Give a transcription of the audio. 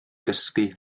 gysgu